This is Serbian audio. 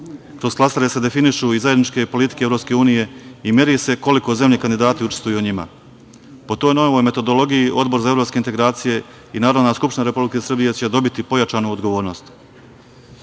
Kroz klasere se definišu i zajedničke politike EU i meri se koliko zemlje kandidata učestvuju u njima. Po toj novoj metodologiji, Odbor za evropske integracije i Narodna skupština Republike Srbije će dobiti pojačanu